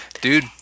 Dude